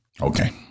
Okay